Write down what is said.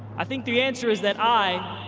i think the answer is that i,